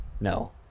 No